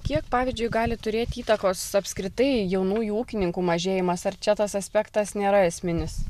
kiek pavyzdžiui gali turėt įtakos apskritai jaunųjų ūkininkų mažėjimas ar čia tas aspektas nėra esminis